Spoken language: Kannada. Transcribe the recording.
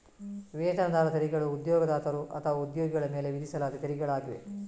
ವೇತನದಾರರ ತೆರಿಗೆಗಳು ಉದ್ಯೋಗದಾತರು ಅಥವಾ ಉದ್ಯೋಗಿಗಳ ಮೇಲೆ ವಿಧಿಸಲಾದ ತೆರಿಗೆಗಳಾಗಿವೆ